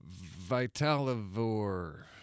Vitalivore